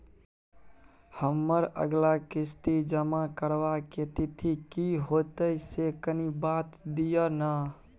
हमर अगला किस्ती जमा करबा के तिथि की होतै से कनी बता दिय न?